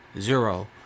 Zero